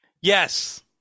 Yes